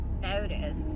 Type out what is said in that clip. notice